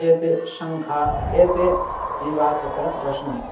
एते शङ्खाः एते जीवाः तत्र वसन्ति